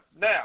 Now